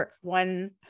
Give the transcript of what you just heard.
one